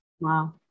wow